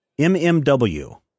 MMW